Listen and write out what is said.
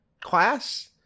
class